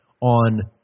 on